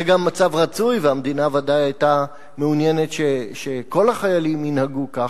וזה גם מצב רצוי והמדינה ודאי היתה מעוניינת שכל החיילים ינהגו כך,